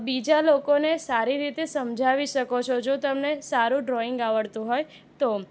બીજા લોકોને સારી રીતે સમજાવી શકો છો જો તમે સારું ડ્રોઈંગ આવડતું હોય તો